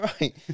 Right